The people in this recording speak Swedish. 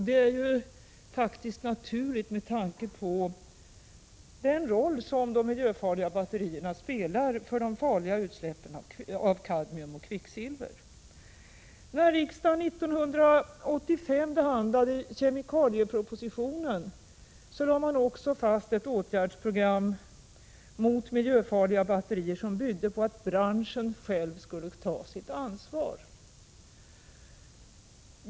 Det är ju faktiskt naturligt med tanke på den roll som de miljöfarliga batterierna spelar när det gäller de skadliga utsläppen av kadmium och kvicksilver. När riksdagen år 1985 behandlade kemikaliepropositionen lade man också fast ett åtgärdsprogram mot miljöfarliga batterier som byggde på att branschen själv skulle ta sitt ansvar.